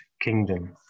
kingdom